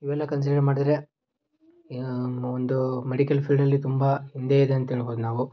ಇವೆಲ್ಲ ಕನ್ಸಿಡರ್ ಮಾಡಿದರೆ ಯ ಒಂದು ಮೆಡಿಕಲ್ ಫೀಲ್ಡಲ್ಲಿ ತುಂಬ ಹಿಂದೆ ಇದೆ ಅಂತ ಹೇಳ್ಬೋದು ನಾವು